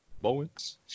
Bowens